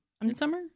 Midsummer